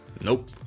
Nope